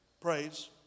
praise